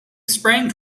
sprang